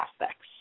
aspects